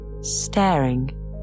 staring